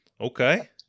okay